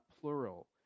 plural